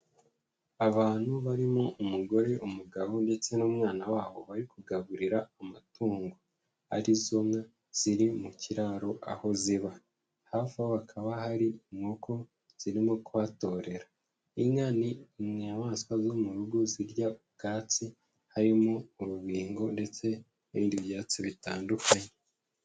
Abantu barimo umugore, umugabo ndetse n'umwana wabo bari kugaburira amatungo, arizo nka ziri mu kiraro aho ziba, hafi aho hakaba hari inkoko zirimo kuhatorera. Inka ni inyamaswa zo mu rugo zirya ubwatsi harimo: urubingo ndetse n'ibindi byatsi bitandukanye.